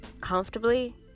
comfortably